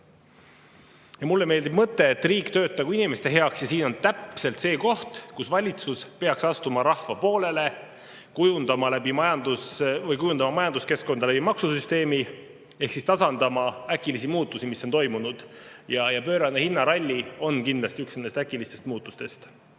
Mulle meeldib mõte, et riik töötagu inimeste heaks. Siin on täpselt see koht, kus valitsus peaks astuma rahva poolele, kujundama majanduskeskkonda maksusüsteemi abil ehk tasandama äkilisi muutusi, mis on toimunud. Pöörane hinnaralli on kindlasti üks nendest äkilistest muutustest.